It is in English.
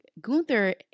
Gunther